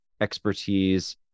expertise